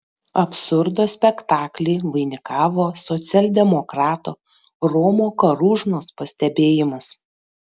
absurdo spektaklį vainikavo socialdemokrato romo karūžnos pastebėjimas